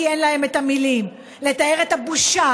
כי אין להם מילים לתאר את הבושה,